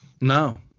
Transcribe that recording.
No